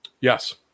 Yes